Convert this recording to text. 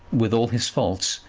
with all his faults,